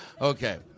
Okay